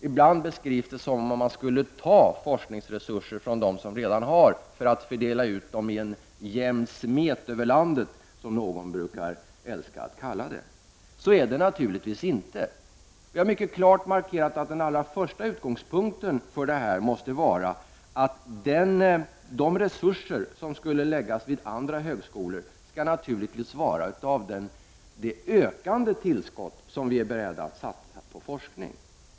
Ibland beskrivs det som om man skulle ta forskningsresurser från dem som redan har för att dela ut dem i en ”jämn smet” över landet, som någon brukar älska att kalla det. Så är det naturligtvis inte. Vi har mycket klart markerat att den allra första utgångspunkten för detta är att de resurser som skulle läggas vid andra högskolor, naturligtvis måste vara en del av det ökande tillskott vi är beredda att satsa på forskning.